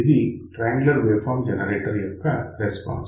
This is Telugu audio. ఇది ట్రయాంగులర్ వేవ్ ఫార్మ్ జనరేటర్ యొక్క రెస్పాన్స్